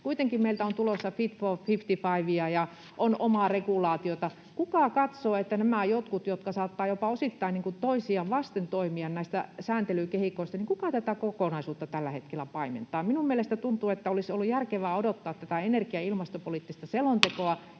Kuitenkin meiltä on tulossa Fit for 55:a ja on omaa regulaatiota. Kuka katsoo, että nämä jotkut sääntelykehikot saattavat osittain jopa toisiaan vasten toimia, kuka tätä kokonaisuutta tällä hetkellä paimentaa? Minun mielestäni olisi ollut järkevää odottaa tätä energia- ja ilmastopoliittista selontekoa